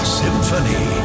symphony